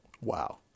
Wow